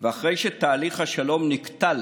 ואחרי שתהליך השלום נקטל